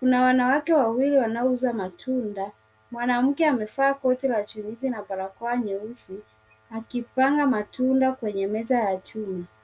kuna wanawake wawili wanaouza matunda, mwanamke amefaa koti la chirizi na barakoa nyeusi, akipanga matunda kwenye meza ya chuma.